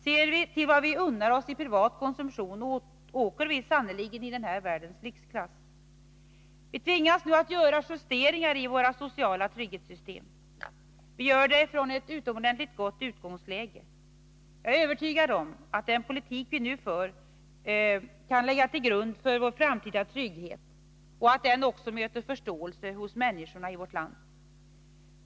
Ser vi till vad vi unnar oss i privat konsumtion, kan vi konstatera att vi sannerligen åker i den här världens lyxklass. Vi tvingas nu att göra vissa justeringar i våra sociala trygghetssystem. Vi gör det från ett utomordentligt gott utgångsläge. Jag är övertygad om att den politik vi nu för kan ligga till grund för vår framtida trygghet och att den också möter förståelse hos människorna i vårt land.